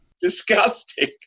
disgusting